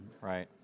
Right